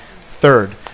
Third